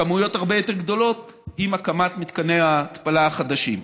וכמויות הרבה יותר גדולות עם הקמת מתקני ההתפלה החדשים.